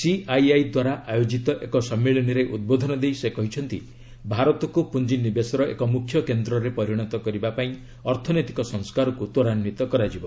CII ଦ୍ୱାରା ଆୟୋଜିତ ଏକ ସମ୍ମିଳନୀରେ ଉଦ୍ବୋଧନ ଦେଇ ସେ କହିଛନ୍ତି ଭାରତକୁ ପୁଞ୍ଜିନିବେଶର ଏକ ମୁଖ୍ୟ କେନ୍ଦ୍ରରେ ପରିଣତ କରିବା ପାଇଁ ଅର୍ଥନୈତିକ ସଂସ୍କାରକୁ ତୃରାନ୍ଧିତ କରାଯିବ